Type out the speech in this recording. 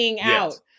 out